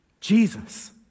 Jesus